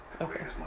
Okay